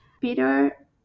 Peter